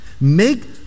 Make